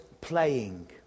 playing